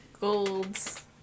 golds